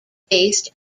based